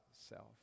self